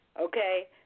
okay